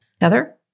Heather